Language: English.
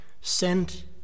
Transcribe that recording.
sent